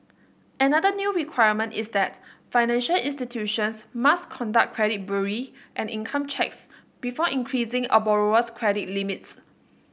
another new requirement is that financial institutions must conduct credit bureau and income checks before increasing a borrower's credit limits